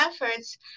efforts